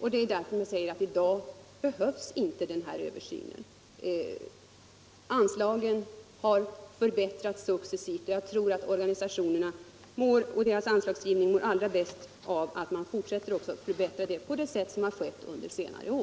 den. Det är därför som jag säger att i dag behövs inte denna översyn. Anslagen har förbättrats successivt, och jag tror att organisationerna och anslagsgivningen till dem mår allra bäst om man fortsätter att förbättra anslaget på det sätt som har skett under senare år.